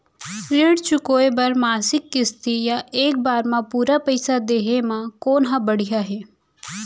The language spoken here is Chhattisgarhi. ऋण चुकोय बर मासिक किस्ती या एक बार म पूरा पइसा देहे म कोन ह बढ़िया हे?